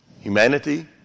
humanity